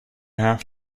have